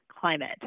climate